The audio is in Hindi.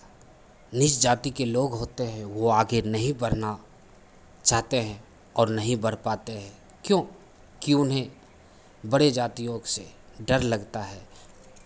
नीच जाति के लोग होते हैं वो आगे नहीं बढ़ना चाहते हैं और नहीं बढ़ पाते हैं क्योंकि उन्हें बड़े जातियों से डर लगता है